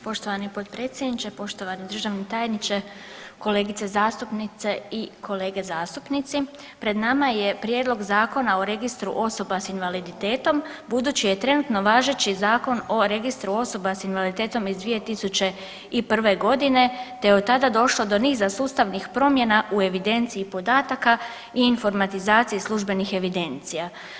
Poštovani potpredsjedniče, poštovani državni tajniče, kolegice zastupnice i kolege zastupnici pred nama je Prijedlog Zakona o registru osoba s invaliditetom budući je trenutno važeći Zakon o registru osoba s invaliditetom iz 2001. godine te je od tada došlo do niza sustavnih promjena u evidenciji podataka i informatizaciji službenih evidencija.